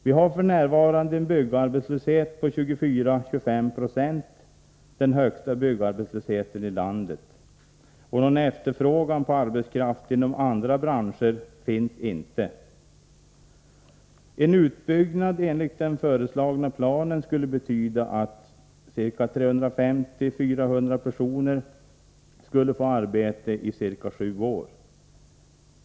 Vi har f.n. en byggarbetslöshet på 24-25 70 — den högsta byggarbetslösheten i landet. Någon efterfrågan på arbetskraft inom andra branscher finns inte. En utbyggnad enligt den föreslagna planen skulle betyda att ca 350-400 personer skulle få arbete i ca sju år.